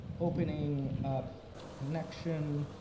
opening up connection,